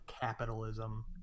Capitalism